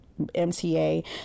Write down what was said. MTA